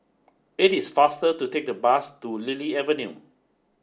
it is faster to take the bus to Lily Avenue